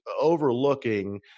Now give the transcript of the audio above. overlooking